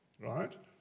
right